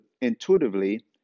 intuitively